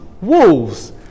wolves